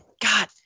God